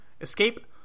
escape